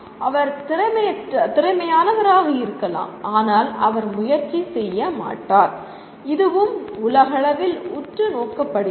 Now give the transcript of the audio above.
அவர் திறமையானவராக இருக்கலாம் ஆனால் அவர் முயற்சி செய்ய மாட்டார் இதுவும் உலகளவில் உற்று நோக்கப்படுகிறது